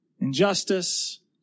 injustice